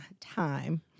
time